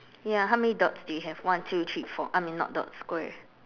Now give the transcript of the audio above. ya how many dots do you have one two three four I mean not dots square